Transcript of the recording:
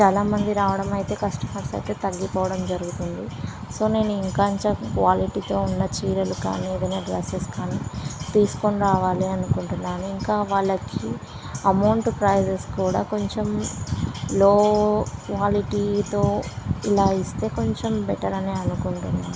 చాలామంది రావడం అయితే కస్టమర్స్ అయితే తగ్గిపోవడం జరుగుతుంది సో నేను ఇంకా ఇంత క్వాలిటీతో ఉన్న చీరలు కానీ ఏదైనా డ్రస్సెస్ కానీ తీసుకొని రావాలి అనుకుంటున్నాను ఇంకా వాళ్ళకి అమౌంట్ ప్రైసెస్ కూడా కొంచెం లో క్వాలిటీతో ఇలా ఇస్తే కొంచెం బెటర్ అని అనుకుంటున్నాను